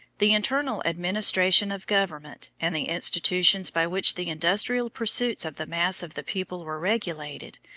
the internal administration of government, and the institutions by which the industrial pursuits of the mass of the people were regulated,